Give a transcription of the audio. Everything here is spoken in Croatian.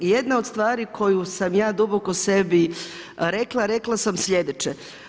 Jedna od stvari koju sam ja duboko u sebi rekla, rekla sam slijedeće.